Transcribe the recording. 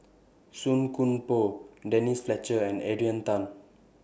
Song Koon Poh Denise Fletcher and Adrian Tan